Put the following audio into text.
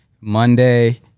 Monday